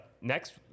next